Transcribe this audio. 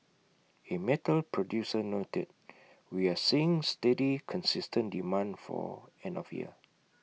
A metal producer noted we are seeing steady consistent demand for end of year